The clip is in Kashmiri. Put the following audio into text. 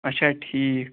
اَچھا ٹھیٖک